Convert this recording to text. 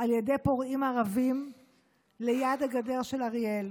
על ידי פורעים ערבים ליד הגדר של אריאל.